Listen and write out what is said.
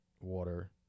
water